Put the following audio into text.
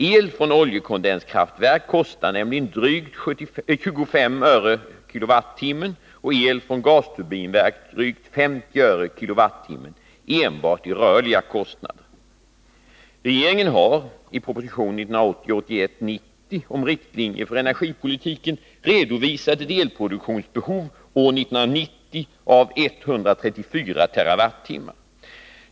El från oljekondenskraftverk kostar nämligen drygt 25 öre kWh enbart i rörliga kostnader. Regeringen har i proposition 1980/81:90 om riktlinjer för energipolitiken redovisat ett elproduktionsbehov år 1990 av 134 TWh.